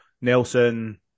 Nelson